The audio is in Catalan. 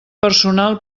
personal